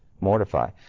mortify